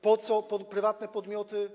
Po co prywatne podmioty?